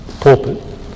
pulpit